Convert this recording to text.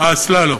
האסלה לא?